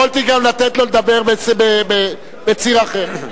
יכולתי לתת לו לדבר גם בציר אחר.